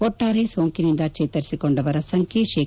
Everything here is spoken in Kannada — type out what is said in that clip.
ಒಟ್ಲಾರೆ ಸೋಂಕಿನಿಂದ ಚೇತರಿಸಿಕೊಂಡವರ ಸಂಖ್ಯೆ ಶೇ